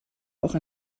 auch